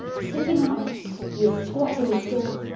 sitting up he is squatting still.